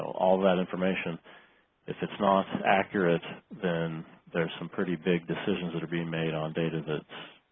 all that information if it's not accurate then there's some pretty big decisions that are being made on data that's